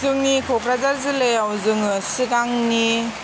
जोंनि क'क्राझार जिल्लायाव जोङो सिगांनि